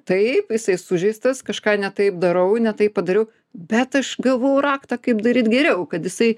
taip jisai sužeistas kažką ne taip darau ne taip padariau bet aš gavau raktą kaip daryt geriau kad jisai